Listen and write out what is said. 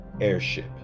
airship